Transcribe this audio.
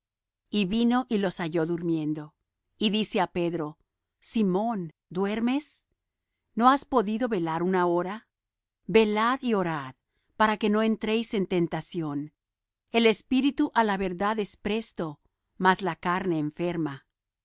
y vino y los halló durmiendo y dice á pedro simón duermes no has podido velar una hora velad y orad para que no entréis en tentación el espíritu á la verdad es presto mas la carne enferma